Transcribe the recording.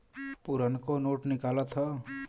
पुरनको नोट निकालत हौ